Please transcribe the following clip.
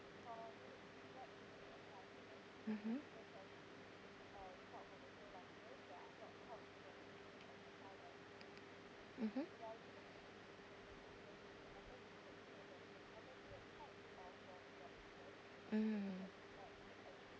mmhmm mmhmm mm